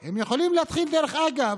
הם יכולים, דרך אגב,